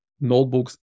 notebooks